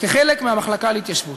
כחלק מהמחלקה להתיישבות.